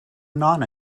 non